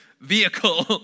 vehicle